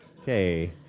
Okay